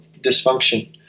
dysfunction